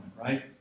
right